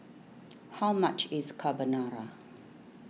how much is Carbonara